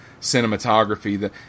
cinematography